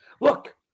Look